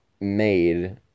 made